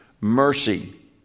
mercy